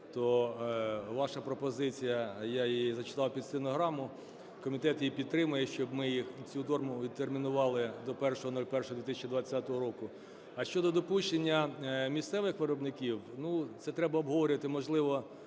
то ваша пропозиція, я її зачитав під стенограму, комітет її підтримує, щоб ми цю норму відтермінували до 01.01.2020 року. А щодо допущення місцевих виробників, ну, це треба обговорювати, можливо,